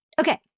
Okay